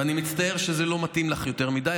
ואני מצטער שזה לא מתאים לך יותר מדי,